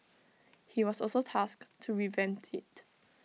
he was also tasked to revamp IT